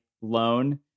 loan